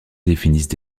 définissent